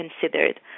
considered